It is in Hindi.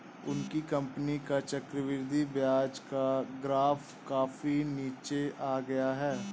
उनकी कंपनी का चक्रवृद्धि ब्याज का ग्राफ काफी नीचे आ गया है